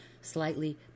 slightly